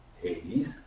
Hades